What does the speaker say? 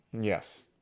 Yes